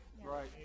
Right